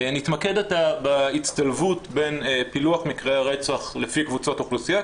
נתמקד עתה בהצטלבות בפילוח מקרי הרצח לפי קבוצות אוכלוסייה,